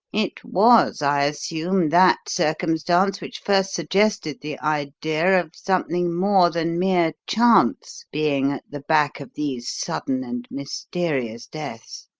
it was, i assume, that circumstance which first suggested the idea of something more than mere chance being at the back of these sudden and mysterious deaths?